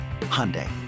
Hyundai